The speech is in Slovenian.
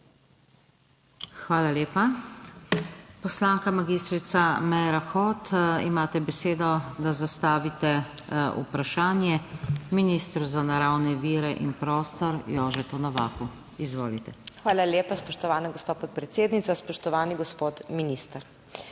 Hvala lepa. Poslanka mag. Meira Hot, imate besedo, da zastavite vprašanje ministru za naravne vire in prostor Jožetu Novaku. Izvolite. MAG. MEIRA HOT (PS SD): Hvala lepa, spoštovana gospa podpredsednica. Spoštovani gospod minister,